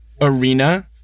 arena